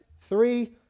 Three